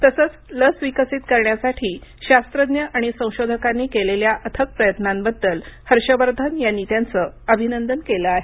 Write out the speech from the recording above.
तसंच लस विकसित करण्यासाठी शास्त्रज्ञ आणि संशोधकांनी केलेल्या अथक प्रयत्नांबद्दल हर्ष वर्धन यांनी त्यांचं अभिनंदन केलं आहे